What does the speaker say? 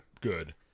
good